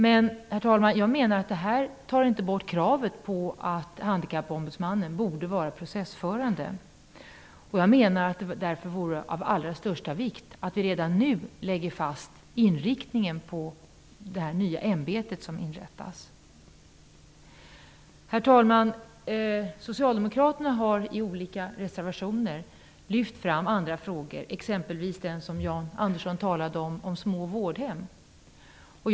Herr talman! Jag menar att detta inte tar bort kravet på att Handikappombudsmannen borde vara processförande. Jag menar att det därför vore av allra största vikt att redan nu lägga fast inriktningen på det nya ämbete som inrättas. Herr talman! Socialdemokraterna har i olika reservationer lyft fram andra frågor, exempelvis den om små vårdhem, vilken Jan Andersson talade om.